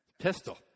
Pistol